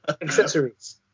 Accessories